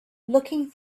looking